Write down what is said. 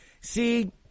See